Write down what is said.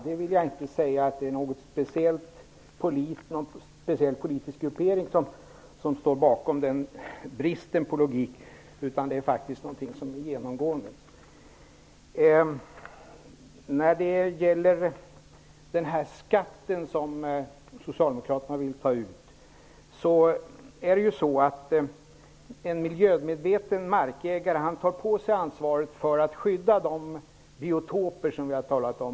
Jag vill inte säga att det är någon speciell politisk gruppering som står för denna brist på logik -- det är faktiskt något som är genomgående. Socialdemokraterna vill ju ta ut en skatt av skogsägarna. Men en miljömedveten markägare tar själv på sig ansvaret för att skydda de biotoper vi har talat om.